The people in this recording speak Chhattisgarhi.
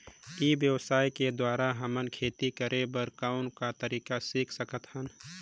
ई व्यवसाय के द्वारा हमन खेती करे कर कौन का तरीका सीख सकत हन?